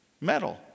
Metal